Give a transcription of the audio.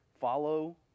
follow